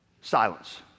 silence